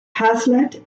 haslett